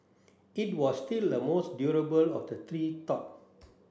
it was still the most durable of the three thought